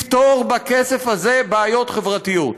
לפתור בכסף הזה בעיות חברתיות.